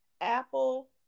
Apple